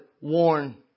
warn